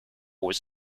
was